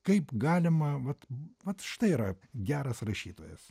kaip galima vat vat štai yra geras rašytojas